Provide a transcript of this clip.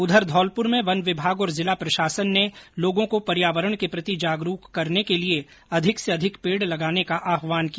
उधर धौलपुर में वन विभाग और जिला प्रशासन ने लोगों को पर्यावरण के प्रति जागरूक करने के लिये अधिक से अधिक पेड लगाने का आहवान किया